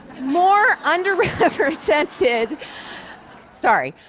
more underrepresented sorry.